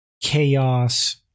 chaos